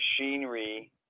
machinery